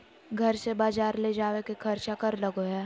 घर से बजार ले जावे के खर्चा कर लगो है?